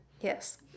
yes